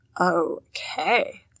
Okay